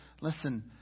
listen